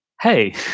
hey